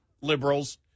liberals